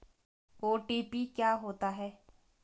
OTP क्या होता है?